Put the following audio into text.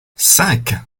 cinq